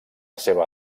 seva